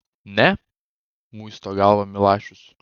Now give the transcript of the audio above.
ne muisto galvą milašius